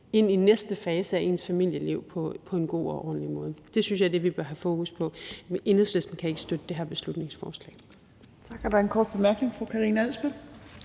ind i næste fase af ens familieliv på en god og ordentlig måde. Jeg synes, at det er det, vi bør have fokus på. Enhedslisten kan ikke støtte det her beslutningsforslag.